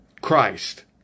Christ